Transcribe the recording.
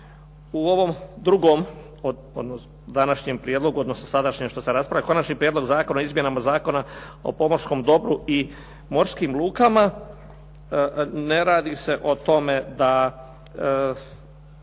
prijedlogu, odnosno sadašnjem što se raspravlja, Konačni prijedlog zakona o izmjenama Zakona o pomorskom dobru i morskim lukama. Ne radi se o tome da